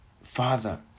father